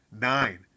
nine